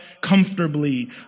comfortably